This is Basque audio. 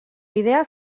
bidea